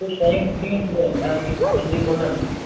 कुझु शयूं हूंदियूं आहिनि उहे इंसान खे सम्झंदी कोन्हनि